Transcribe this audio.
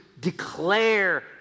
declare